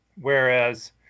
whereas